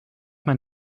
mijn